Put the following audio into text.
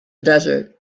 desert